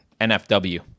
nfw